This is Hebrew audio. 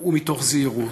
ומתוך זהירות.